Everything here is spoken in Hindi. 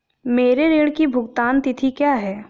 मेरे ऋण की भुगतान तिथि क्या है?